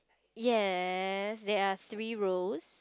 yes there are three rows